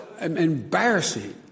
embarrassing